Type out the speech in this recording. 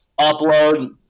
upload